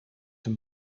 een